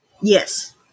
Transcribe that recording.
Yes